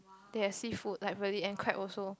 they have seafood like really and crab also